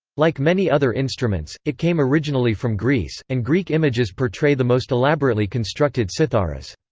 like many other instruments, it came originally from greece, and greek images portray the most elaborately constructed citharas.